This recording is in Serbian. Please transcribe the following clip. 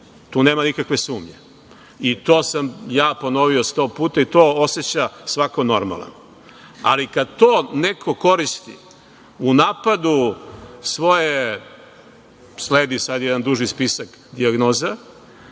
Tu nema nikakve sumnje, i to sam ja ponovio sto puta, i to oseća svako normalan, ali kad to neko koristi u napadu svoje, sledi sad jedan duži spisak, dijagnoze,